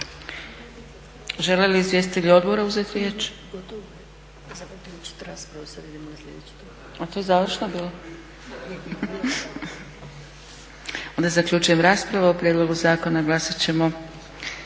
Žele li izvjestitelji odbora uzeti riječ? A to je bilo zaključno. Onda zaključujem raspravu o prijedlogu zakona glasat ćemo